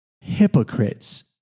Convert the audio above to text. Hypocrites